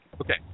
Okay